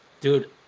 dude